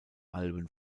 alben